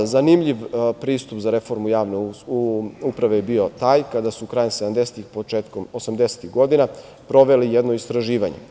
Zanimljiv pristup za reformu javne uprave je bio taj kada su krajem sedamdesetih i početkom osamdesetih godina sprovedili jedno istraživanje.